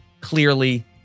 clearly